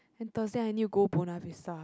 then Thursday I need to go Buona Vista